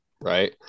right